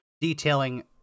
detailing